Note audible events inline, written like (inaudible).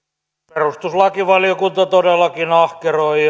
perustuslakivaliokunta todellakin ahkeroi (unintelligible)